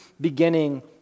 beginning